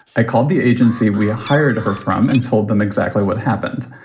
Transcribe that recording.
i called the agency we hired her from and told them exactly what happened.